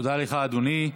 תודה לך, אדוני.